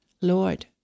Lord